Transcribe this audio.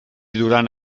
durant